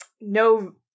no